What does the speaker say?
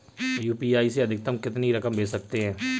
UPI से अधिकतम कितनी रकम भेज सकते हैं?